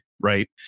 right